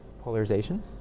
polarization